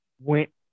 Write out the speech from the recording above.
went